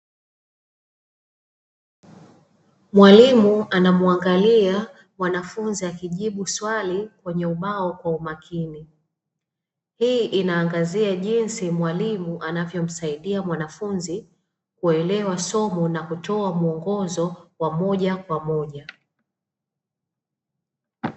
Mwalimu anamuangalia mwanafunzi akijibu swali kwenye ubao kwa umakini, hii inaangazia jinsi mwalimu anavyomsaidia mwanafunzi kuelewa somo na kutoa muongozo wa moja kwa moja.